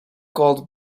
called